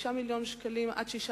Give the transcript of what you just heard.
5 מיליוני שקלים עד 6 מיליונים,